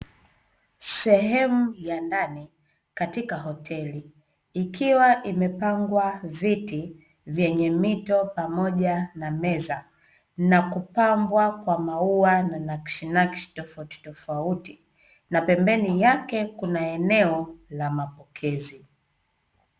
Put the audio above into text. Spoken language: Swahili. Sehemu ya ndani katika hoteli ikiwa imepangwa viti vyenye mito pamoja na meza na kupambwa kwa mauwa na nakshinakshi tofautitofauti, na pembeni yake kuna eneo la mapokezi.